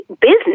business